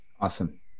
Awesome